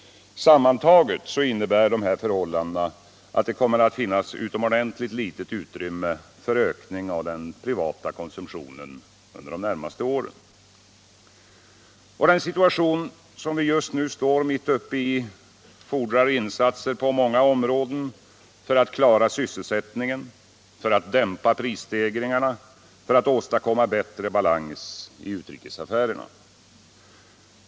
Sammantaget medför dessa förhållanden att det under de närmaste åren kommer att finnas utomordentligt litet utrymme för en ökning av den privata konsumtionen. Den situation som vi just nu står mitt uppe i fordrar insatser på många områden för att man skall kunna klara syselsättningen, dämpa prisstegringarna och åstadkomma bättre balans i utrikesaffärerna.